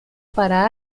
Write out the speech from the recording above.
para